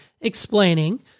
explaining